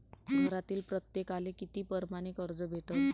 घरातील प्रत्येकाले किती परमाने कर्ज भेटन?